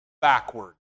backward